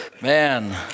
man